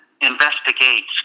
investigates